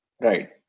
Right